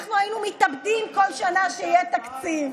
אנחנו היינו מתאבדים כל שנה שיהיה תקציב.